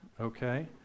Okay